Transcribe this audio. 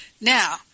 Now